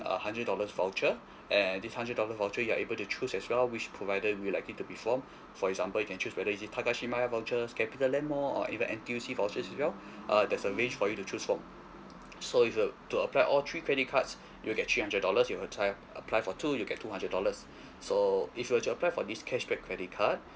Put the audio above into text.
a hundred dollars voucher and this hundred dollar voucher you're able to choose as well which provider you'd like it to be from for example you can choose whether is it takashimaya vouchers capitaland mall or even N_T_U_C vouchers as well uh there's a range for you to choose from so if to to apply all three credit cards you get three hundred dollars you app~ apply for two you get two hundred dollars so if you were to apply for this cashback credit card